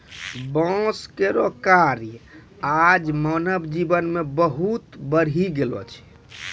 बांस केरो कार्य आज मानव जीवन मे बहुत बढ़ी गेलो छै